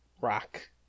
rock